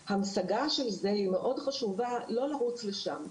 ההמשגה של זה היא מאוד חשובה, לא לרוץ לשם.